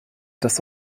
dass